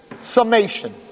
summation